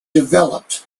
developed